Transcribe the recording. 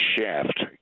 Shaft